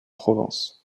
provence